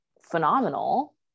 phenomenal